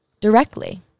directly